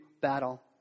battle